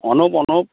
Anup Anup